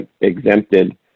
exempted